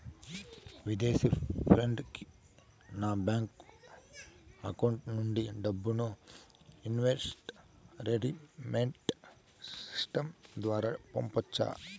విదేశీ ఫ్రెండ్ కి నా బ్యాంకు అకౌంట్ నుండి డబ్బును ఇన్వార్డ్ రెమిట్టెన్స్ సిస్టం ద్వారా పంపొచ్చా?